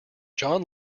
john